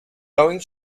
going